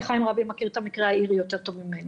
הוא מכיר את המקרה האירי יותר טוב ממני.